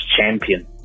champion